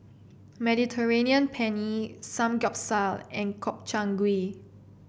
Mediterranean Penne Samgyeopsal and Gobchang Gui